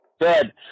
Good